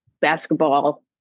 basketball